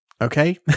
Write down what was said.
Okay